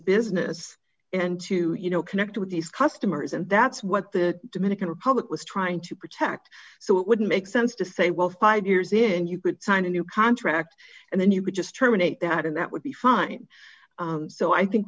business and to you know connect with these customers and that's what the dominican republic was trying to protect so it wouldn't make sense to say well five years then you could sign a new contract and then you could just terminate that and that would be fine so i think